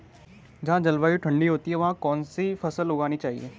जहाँ ठंडी जलवायु होती है वहाँ कौन सी फसल उगानी चाहिये?